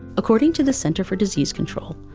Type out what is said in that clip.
according to the center for disease control,